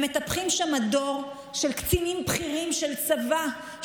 הם מטפחים שם דור של קצינים בכירים של הצבא,